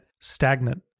stagnant